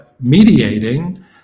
mediating